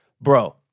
Bro